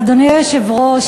אדוני היושב-ראש,